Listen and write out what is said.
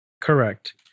Correct